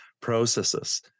processes